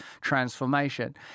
transformation